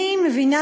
אני מבינה